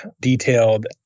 detailed